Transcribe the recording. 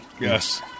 Yes